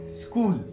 school